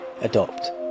adopt